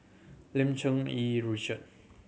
Lim Cherng Yih Richard